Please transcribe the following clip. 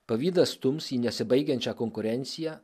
pavydas stums į nesibaigiančią konkurenciją